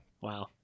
Wow